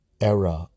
era